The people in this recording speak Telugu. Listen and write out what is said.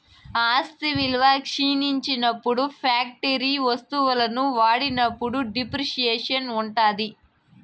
ఆస్తి విలువ క్షీణించినప్పుడు ఫ్యాక్టరీ వత్తువులను వాడినప్పుడు డిప్రిసియేషన్ ఉంటాది